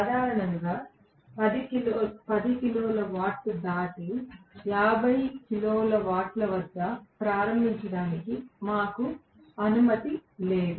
సాధారణంగా 10 కిలోల వాట్ దాటి 50 కిలోల వాట్ల వద్ద ప్రారంభించడానికి మాకు అనుమతి లేదు